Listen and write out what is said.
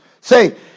say